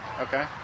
Okay